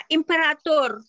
Imperator